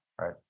Right